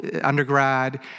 undergrad